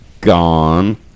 gone